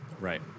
Right